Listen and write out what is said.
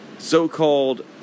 so-called